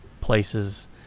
places